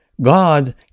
God